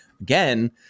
again